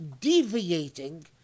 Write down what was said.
deviating